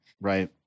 Right